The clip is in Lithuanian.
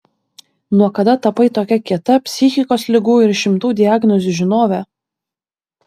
nuo kada tapai tokia kieta psichikos ligų ir šimtų diagnozių žinove